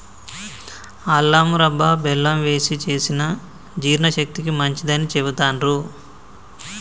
అల్లం మురబ్భ బెల్లం వేశి చేసిన జీర్ణశక్తికి మంచిదని చెబుతాండ్రు